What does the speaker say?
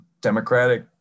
democratic